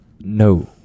No